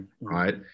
Right